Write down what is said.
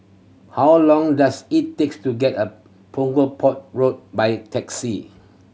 how long does it takes to get a Punggol Port Road by taxi